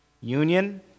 Union